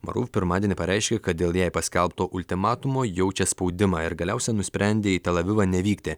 maru pirmadienį pareiškė kad dėl jai paskelbto ultimatumo jaučia spaudimą ir galiausiai nusprendė į telavivą nevykti